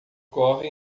corre